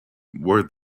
were